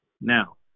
now